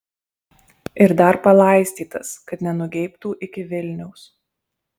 ir dar palaistytas kad nenugeibtų iki vilniaus